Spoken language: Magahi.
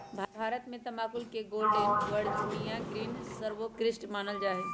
भारत में तमाकुल के गोल्डन वर्जिनियां ग्रीन सर्वोत्कृष्ट मानल जाइ छइ